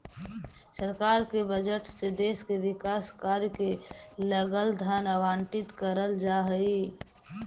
सरकार के बजट से देश के विकास कार्य के लगल धन आवंटित करल जा हई